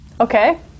Okay